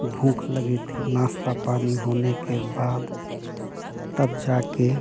भूख लगी थी नास्ता पानी होने के बाद तब जा कर